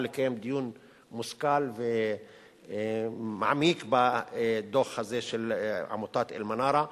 לקיים דיון מושכל ומעמיק בדוח הזה של עמותת "אלמנארה".